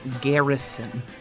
Garrison